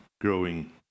growing